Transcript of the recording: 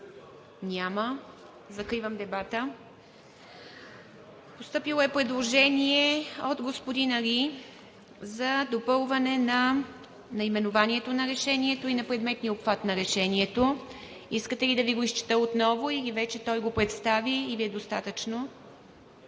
Няма. Закривам дебата. Постъпило е предложение от господин Али за допълване на наименованието и на предметния обхват на Решението. Искате ли да Ви го изчета отново, или той вече го представи и Ви е достатъчно?